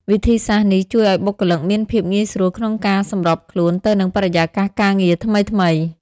វិធីសាស្រ្តនេះជួយឲ្យបុគ្គលិកមានភាពងាយស្រួលក្នុងការសម្របខ្លួនទៅនឹងបរិយាកាសការងារថ្មីៗ។